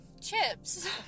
chips